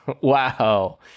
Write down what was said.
Wow